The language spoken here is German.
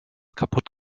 kaputt